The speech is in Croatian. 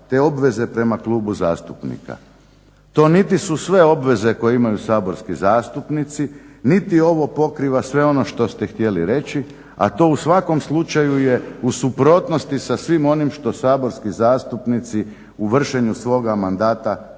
te obveze prema klubu zastupnika. To niti su sve obveze koje imaju saborski zastupnici, niti ovo pokriva sve ono što ste htjeli reći, a to u svakom slučaju je u suprotnosti sa svim onim što saborski zastupnici u vršenju svoga mandata trebaju